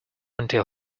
until